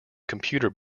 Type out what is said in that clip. computer